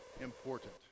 important